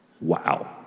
Wow